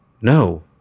No